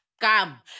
come